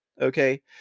Okay